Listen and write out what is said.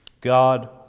God